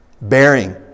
bearing